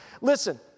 Listen